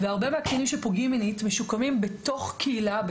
והרבה מהקטינים שפוגעים מינית משוקמים בתוך קהילה,